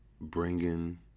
bringing